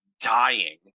dying